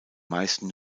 meisten